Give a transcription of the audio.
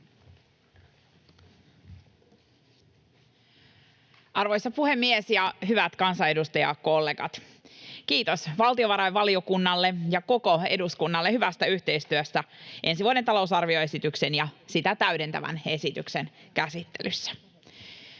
Arvoisa puhemies ja hyvät kansanedustajakollegat! Kiitos valtiovarainvaliokunnalle ja koko eduskunnalle hyvästä yhteistyöstä ensi vuoden talousarvioesityksen ja sitä täydentävän esityksen käsittelyssä.